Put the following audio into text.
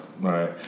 right